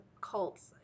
cults